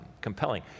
compelling